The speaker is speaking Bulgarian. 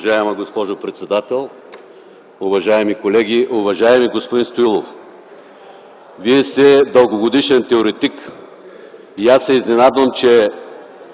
Вие сте дългогодишен теоретик и аз се изненадвам, че